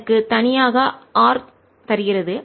இது எனக்கு தனியாக ஆர் தருகிறது